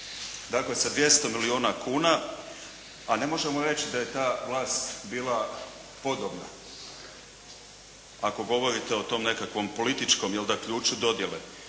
Dakle, sa 200 milijuna kuna. A ne možemo reći da je ta vlast bila podobna. Ako govorite o tom nekakvom političkom je li, ključu dodjele.